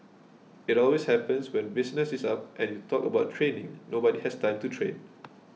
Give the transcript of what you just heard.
it always happens when business is up and you talk about training nobody has time to train